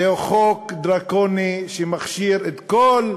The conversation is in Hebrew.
זהו חוק דרקוני שמכשיר את כל,